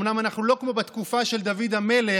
אומנם אנחנו לא כמו בתקופה של דוד המלך,